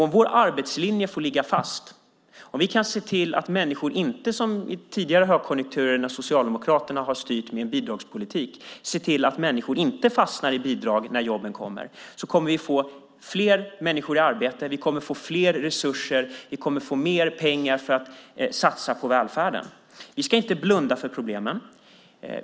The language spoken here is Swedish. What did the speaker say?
Om vår arbetslinje får ligga fast och vi kan se till att människor inte fastnar i bidrag när jobben kommer, som i tidigare högkonjunkturer där Socialdemokraterna har styrt med en bidragspolitik, kommer vi att få fler människor i arbete, få fler resurser och mer pengar att satsa på välfärden. Vi ska inte blunda för problemen.